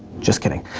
just kidding.